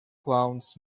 clowns